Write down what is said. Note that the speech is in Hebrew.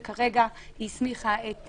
וכרגע היא הסמיכה את